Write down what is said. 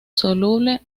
soluble